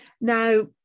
now